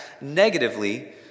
negatively